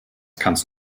kannst